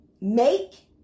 Make